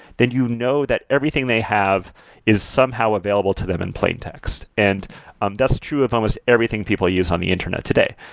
then you know that everything they have is somehow available to them in plain text and um that's true of almost everything people use on the internet today.